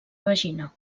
vagina